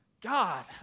God